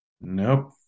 Nope